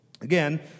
Again